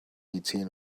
eighteen